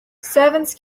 servants